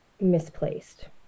misplaced